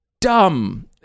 dumb